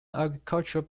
agricultural